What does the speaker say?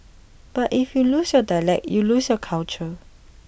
but if you lose your dialect you lose your culture